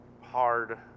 hard